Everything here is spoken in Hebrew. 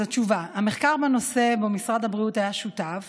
אז התשובה: המחקר בנושא שבו משרד הבריאות היה שותף